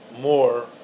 more